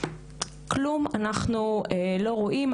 כלום אנחנו לא רואים.